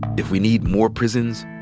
if we need more prisons,